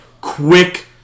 quick